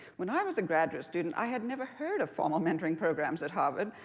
when i was a graduate student, i had never heard of formal mentoring programs at harvard,